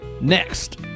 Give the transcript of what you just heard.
Next